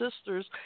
sisters